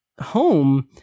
home